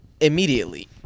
immediately